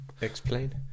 Explain